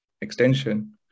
extension